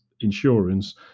insurance